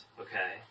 Okay